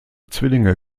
zwillinge